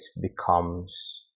becomes